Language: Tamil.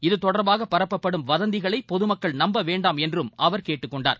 இது தொடர்பாக பரப்பப்படும் வாந்திகளை பொதுமக்கள் நம்ப வேண்டாம் என்றும் அவர் கேட்டுக் கொண்டார்